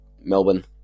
Melbourne